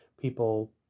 people